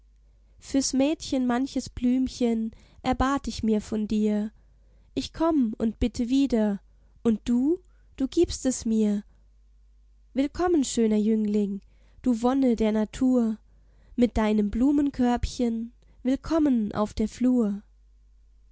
fürs mädchen manches blümchen erbat ich mir von dir ich komm und bitte wieder und du du gibst es mir willkommen schöner jüngling du wonne der natur mit deinem blumenkörbchen willkommen auf der flur